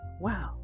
wow